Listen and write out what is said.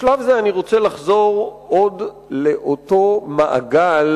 בשלב זה אני רוצה להשלים את התייחסותי לאותו מעגל